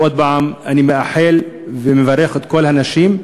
ועוד פעם, אני מאחל ומברך את כל הנשים,